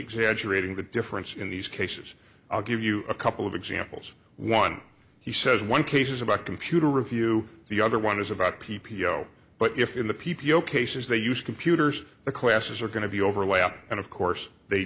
exaggerating the difference in these cases i'll give you a couple of exam bills one he says one case is about computer review the other one is about p p o but if in the p p o cases they use computers the classes are going to be overlap and of course they